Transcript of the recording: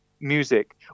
music